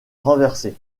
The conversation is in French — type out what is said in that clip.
renversée